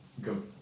go